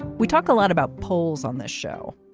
we talk a lot about polls on this show.